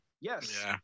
yes